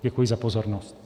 Děkuji za pozornost.